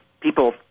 people